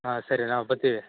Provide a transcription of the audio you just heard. ಹಾಂ ಸರಿ ನಾವು ಬರ್ತೀವಿ